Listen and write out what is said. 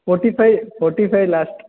forty-five fortify last